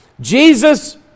Jesus